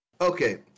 Okay